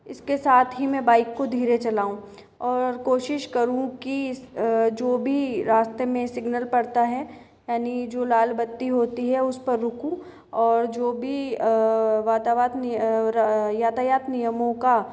इसके साथ ही मैं बाइक को धीरे चलाऊं और कोशिश करूँ कि जो भी रास्ते में सिगनल पड़ता है यानि जो लाल बत्ती होती है उस पर रुकूं और जो भी वातावात यातायात नियमों का